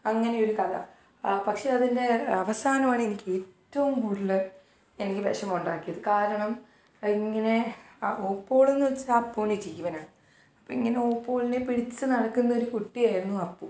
അങ്ങനെ ഒരു കഥ പക്ഷേ അതിന്റെ അവസാനമാണ് എനിക്ക് ഏറ്റോം കൂടുതൽ എനിക്ക് വിഷമമുണ്ടാക്കിയത് കാരണം ഇങ്ങനെ ഓപ്പോളെന്ന് വെച്ചാൽ അപ്പൂന് ജീവനാണ് അപ്പം ഇങ്ങനെ ഓപ്പോൾനെ പിടിച്ച് നടക്കുന്ന ഒരു കുട്ടിയായിരുന്നു അപ്പു